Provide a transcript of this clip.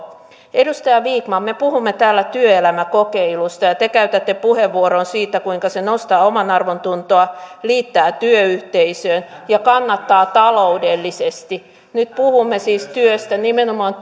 edustaja vikman me puhumme täällä työelämäkokeilusta ja te käytätte puheenvuoron siitä kuinka se nostaa omanarvontuntoa liittää työyhteisöön ja kannattaa taloudellisesti nyt puhumme siis työelämäkokeilusta nimenomaan